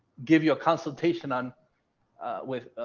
give you a consultation on with,